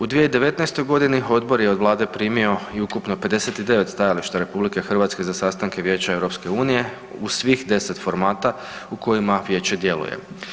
U 2019.-toj godini odbor je od Vlade primio i ukupno 59 stajališta RH za sastanke Vijeća EU u svih 10 formata u kojima vijeće djeluje.